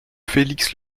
félix